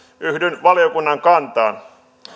yhdyn valiokunnan kantaan